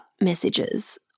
messages